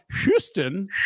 Houston